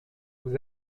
vous